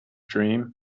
dream